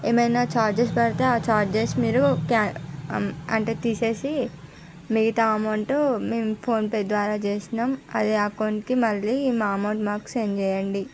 ఏమైనా చార్జెస్ పడితే ఆ చార్జెస్ మీరు కెన్ అంటే తీసేసి మిగతా అమౌంటు మేము ఫోన్పే ద్వారా చేసినాము అదే అకౌంట్కి మళ్ళీ మా అమౌంట్ మాకు సెండ్ చేయండి